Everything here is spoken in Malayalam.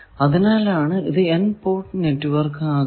അതിനാലാണ് ഇത് N പോർട്ട് നെറ്റ്വർക്ക് ആകുന്നത്